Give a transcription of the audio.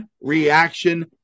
reaction